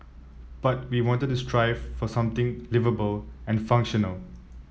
but we wanted to strive for something liveable and functional